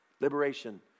liberation